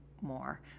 more